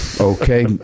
Okay